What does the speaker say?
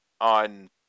on